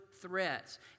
threats